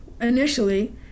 initially